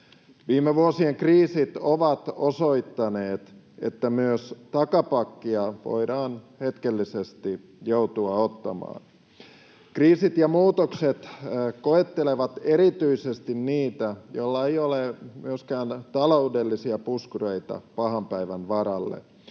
Viime vuosien kriisit ovat osoittaneet, että myös takapakkia voidaan hetkellisesti joutua ottamaan. Kriisit ja muutokset koettelevat erityisesti niitä, joilla ei ole myöskään taloudellisia puskureita pahan päivän varalle.